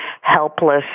helpless